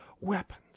weapons